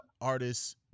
artists